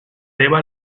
deba